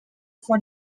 for